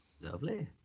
Lovely